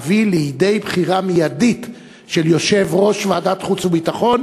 להביא לידי בחירה מיידית של יושב-ראש ועדת חוץ וביטחון.